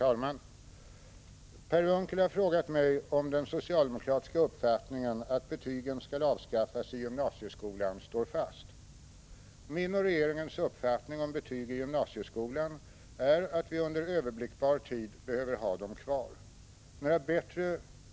I den just avslutade valrörelsen höjdes starka krav på en ny och rättvisare betygsättning i skolan. T. o. m. socialdemokraterna ville i valbroschyren ge intrycket av att man, trots kongressuttalanden, är positiv till betyg i skolan.